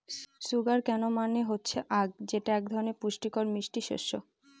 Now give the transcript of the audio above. sugar cane মানে হচ্ছে আঁখ যেটা এক ধরনের পুষ্টিকর মিষ্টি শস্য